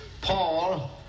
Paul